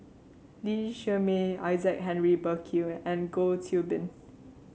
Lee Shermay Isaac Henry Burkill and Goh Qiu Bin